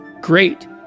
great